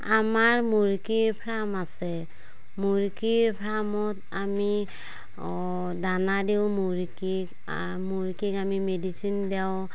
আমাৰ মুৰ্গীৰ ফাৰ্ম আছে মুৰ্গী ফাৰ্মত আমি দানা দিওঁ মুৰ্গীক মুৰ্গীক আমি মেডিছিন দিওঁ